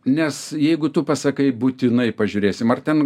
nes jeigu tu pasakai būtinai pažiūrėsim ar ten